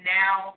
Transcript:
now